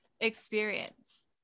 experience